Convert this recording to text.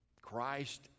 Christ